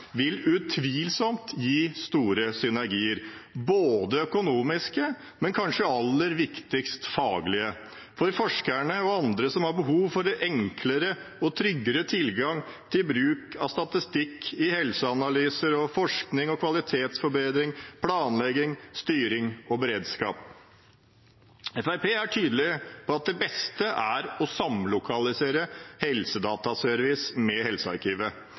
vil utvilsomt gi store synergieffekter – økonomiske, men kanskje aller viktigst faglige – for forskerne og andre som har behov for enklere og tryggere tilgang til bruk av statistikk i helseanalyser, forskning og kvalitetsforbedring, planlegging, styring og beredskap. Fremskrittspartiet er tydelig på at det beste er å samlokalisere Helsedataservice med Helsearkivet.